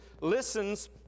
listens